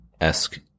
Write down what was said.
esque